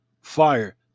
Fire